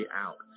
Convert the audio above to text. out